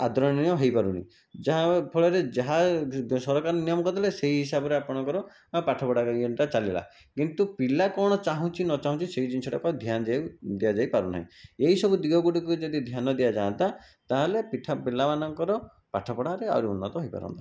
ଆଦରଣୀୟ ହୋଇପାରୁନି ଯାହାଫଳରେ ଯାହା ସରକାର ନିୟମ କରିଦେଲେ ସେହି ହିସାବରେ ଆପଣଙ୍କର ପାଠ ପଢ଼ାର ଇଏଟା ଚାଲିଲା କିନ୍ତୁ ପିଲା କଣ ଚାହୁଁଛି ନ ଚାହୁଁଛି ସେ ଜିନିଷଟାକୁ ଆଉ ଧ୍ୟାନ ଦିଆ ଦିଆଯାଇ ପାରୁନାହିଁ ଏହିସବୁ ଦିଗ ଗୁଡ଼ିକୁ ଯଦି ଧ୍ୟାନ ଦିଆଯାଅନ୍ତା ତାହେଲେ ପିଲାମାନଙ୍କର ପାଠପଢ଼ାରେ ଆହୁରି ଉନ୍ନଟି ହୋଇପାରନ୍ତା